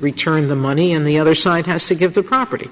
return the money in the other side has to give the property